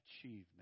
achievement